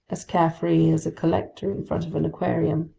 as carefree as a collector in front of an aquarium.